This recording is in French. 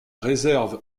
réserve